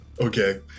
okay